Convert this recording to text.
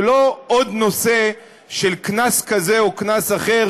זה לא עוד נושא של קנס כזה או קנס אחר,